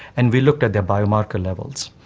and we looked at their biomarker levels.